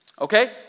Okay